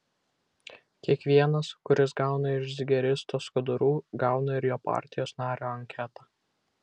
kiekvienas kuris gauna iš zigeristo skudurų gauna ir jo partijos nario anketą